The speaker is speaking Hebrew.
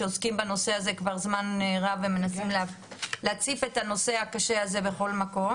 שעוסקים בנושא הזה כבר זמן רב ומנסים להציף את הנושא הקשה הזה בכל מקום.